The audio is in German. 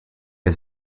der